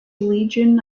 legion